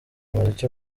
umuziki